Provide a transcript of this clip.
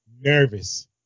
nervous